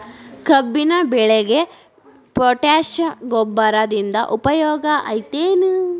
ಕಬ್ಬಿನ ಬೆಳೆಗೆ ಪೋಟ್ಯಾಶ ಗೊಬ್ಬರದಿಂದ ಉಪಯೋಗ ಐತಿ ಏನ್?